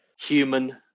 human